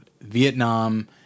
Vietnam